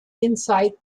insight